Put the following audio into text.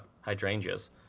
hydrangeas